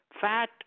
fat